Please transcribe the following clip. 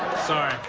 sorry.